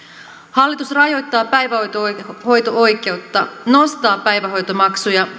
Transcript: hallitus rajoittaa päivähoito oikeutta nostaa päivähoitomaksuja